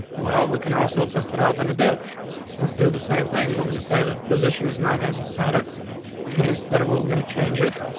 well, we can also test it out under there. let's do the same thing. we're going to say that the position is not gonna be standard instead of a little gonna change it.